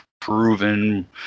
proven